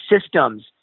systems